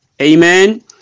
amen